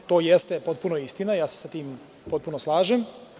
To jeste potpuno istina i ja se sa tim potpuno slažem.